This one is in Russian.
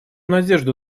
надежду